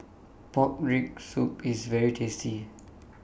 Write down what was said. Pork Rib Soup IS very tasty